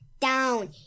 Down